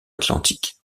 atlantique